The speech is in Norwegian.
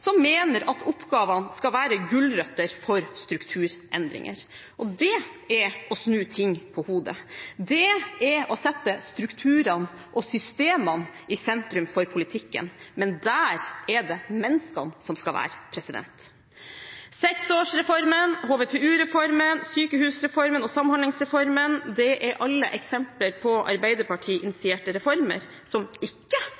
mener at oppgavene skal være gulrøtter for strukturendringer. Det er å snu ting på hodet, det er å sette strukturene og systemene i sentrum for politikken. Men der er det menneskene som skal være. Seksårsreformen, HVPU-reformen, sykehusreformen og samhandlingsreformen er alle eksempler på arbeiderpartiinitierte reformer som ikke